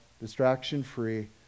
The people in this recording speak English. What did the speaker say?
distraction-free